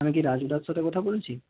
আমি কি রাজুদার সাথে কথা বলছি